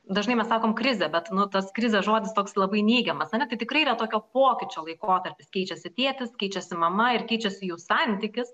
dažnai mes sakom krizė bet nu tas krizės žodis toks labai neigiamas ane kai tikrai yra tokio pokyčio laikotarpis keičiasi tėtis keičiasi mama ir keičiasi jų santykis